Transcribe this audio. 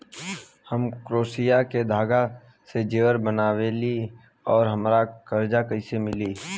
हम क्रोशिया के धागा से जेवर बनावेनी और हमरा कर्जा कइसे मिली?